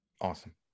Awesome